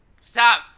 Stop